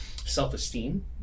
Self-esteem